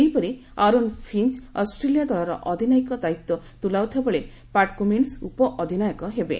ସେହିପରି Aaron Finch Australia ଦଳର ଅଧିନାୟକ ଦାୟିତ୍ୱ ତୁଲାଉଥିବାବେଳେ ପାଟ୍କୁମ୍ନସ୍ ଉପ ଅଧିନାୟକ ହେବେ